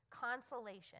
consolation